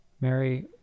Mary